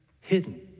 hidden